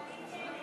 הצעת סיעת מרצ